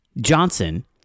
Johnson